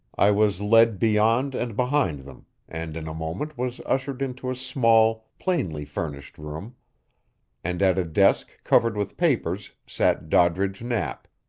i was led beyond and behind them, and in a moment was ushered into a small, plainly-furnished room and at a desk covered with papers sat doddridge knapp,